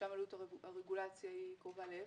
שם עלות הרגולציה היא קרובה לאפס,